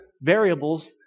variables